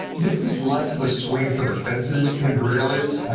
this is less of a swing from the fences than grail is.